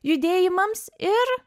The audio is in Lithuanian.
judėjimams ir